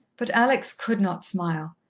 but alex could not smile.